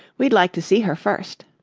we'd like to see her first.